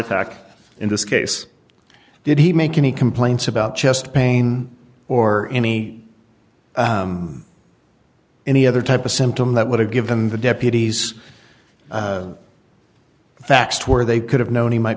attack in this case did he make any complaints about chest pain or any any other type of symptom that would have given the deputies facts where they could have known he might